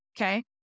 okay